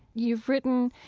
you've written,